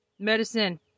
Medicine